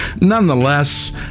nonetheless